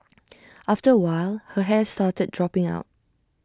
after while her hair started dropping out